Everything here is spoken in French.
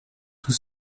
tout